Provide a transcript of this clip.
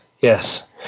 yes